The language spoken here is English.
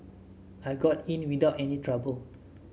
I got in without any trouble